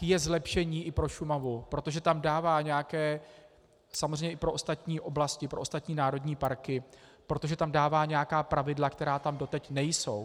je zlepšení i pro Šumavu, samozřejmě i pro ostatní oblasti, pro ostatní národní parky, protože tam dává nějaká pravidla, která tam doteď nejsou.